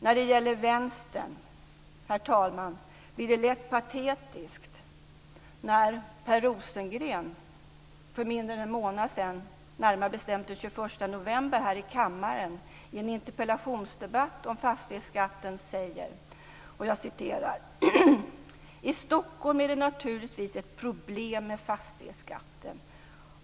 När det gäller Vänstern blir det lätt patetiskt när Per Rosengren för mindre än en månad sedan, närmare bestämt den 21 november, här i kammaren i en interpellationsdebatt om fastighetsskatten sade: "I Stockholm är det naturligtvis ett problem med fastighetsskatten.